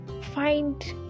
find